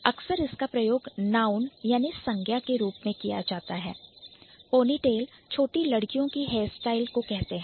अक्सर इसका प्रयोग Noun नाउन याने संज्ञा के रूप में किया जाता है PonyTail छोटी लड़कियों की hairstyle हेयर स्टाइल होती है